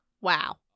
Wow